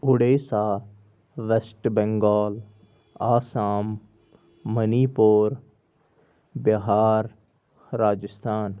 Odisha West Bengal Assam Manipur Bihar تہٕ راجستھان